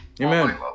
Amen